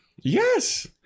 Yes